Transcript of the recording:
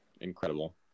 Incredible